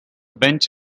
bench